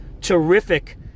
terrific